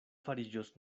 fariĝos